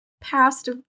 past